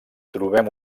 trobem